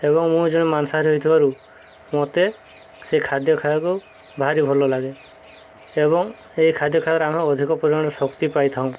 ଏବଂ ମୁଁ ଜଣେ ମାଂସାହାରୀ ହୋଇଥିବାରୁ ମୋତେ ସେ ଖାଦ୍ୟ ଖାଇବାକୁ ଭାରି ଭଲ ଲାଗେ ଏବଂ ଏହି ଖାଦ୍ୟ ଖାଇବାରେ ଆମେ ଅଧିକ ପରିମାଣରେ ଶକ୍ତି ପାଇଥାଉ